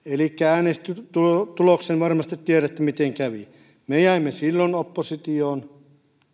äänestystuloksen varmasti tiedätte miten kävi me jäimme silloin oppositioon